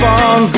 on